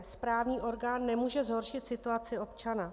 Správní orgán nemůže zhoršit situaci občana.